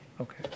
Okay